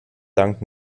dank